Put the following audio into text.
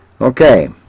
Okay